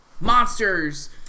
monsters